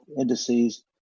indices